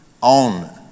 on